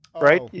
right